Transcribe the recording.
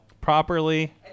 Properly